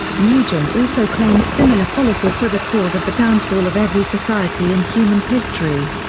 nugent also claimed similar policies were the cause of the downfall of every society in human history.